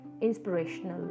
inspirational